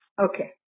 Okay